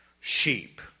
sheep